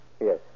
Yes